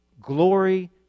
glory